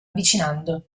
avvicinando